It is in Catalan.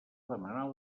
demanar